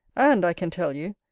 and, i can tell you,